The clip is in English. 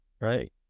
right